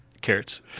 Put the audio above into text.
Carrots